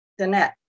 Danette